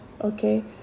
Okay